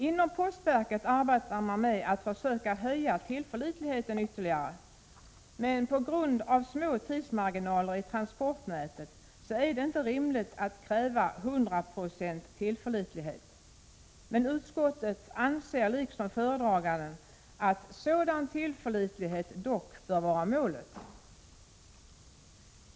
Inom postverket arbetar man med att försöka höja tillförlitligheten ytterligare, men på grund av små tidsmarginaler i transportnätet är det inte rimligt att kräva en tillförlitlighet på 100 96. Utskottet anser dock liksom föredraganden att en sådan tillförlitlighet bör vara målet.